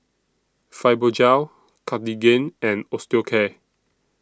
Fibogel Cartigain and Osteocare